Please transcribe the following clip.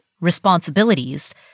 responsibilities